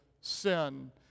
sin